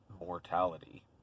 mortality